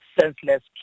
senseless